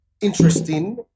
interesting